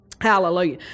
Hallelujah